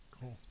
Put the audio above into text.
Cool